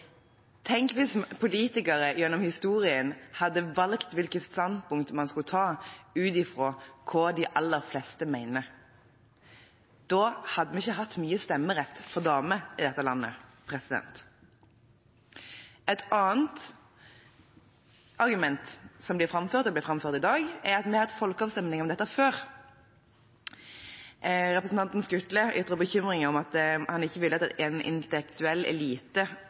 Tenk hvis politikere gjennom historien hadde valgt hvilke standpunkt man skulle ta ut fra hva de aller fleste mente. Da hadde vi ikke hatt mye stemmerett for damer i dette landet. Et annet argument som blir framført, og som har blitt framført i dag, er at vi har hatt folkeavstemning om dette før. Representanten Skutle ytret bekymring for, og han ville ikke, at en intellektuell elite skulle tre en styreform over hodet på folk. Det er